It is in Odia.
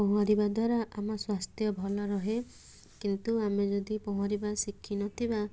ପହଁରିବା ଦ୍ଵାରା ଆମ ସ୍ୱାସ୍ଥ୍ୟ ଭଲ ରହେ କିନ୍ତୁ ଆମେ ଯଦି ପହଁରିବା ଶିଖିନଥିବା